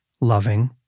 loving